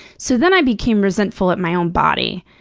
so then i became resentful at my own body.